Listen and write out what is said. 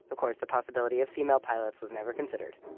of course, the possibility of female pilots was never considered.